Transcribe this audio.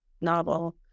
novel